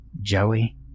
Joey